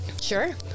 Sure